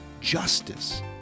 justice